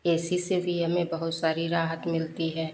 ए C से भी हमें बहुत सारी राहत मिलती है